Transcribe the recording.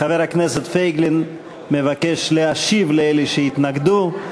חבר הכנסת פייגלין מבקש להשיב לאלה שהתנגדו.